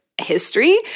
history